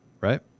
right